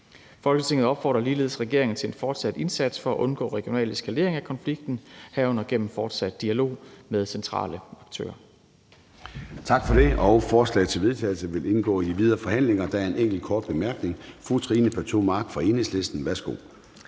Folketinget opfordrer ligeledes regeringen til en fortsat indsats for at undgå regional eskalering af konflikter, herunder gennem fortsat dialog med centrale aktører.«